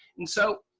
and so,